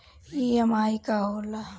EMI का होला?